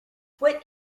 what